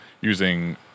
using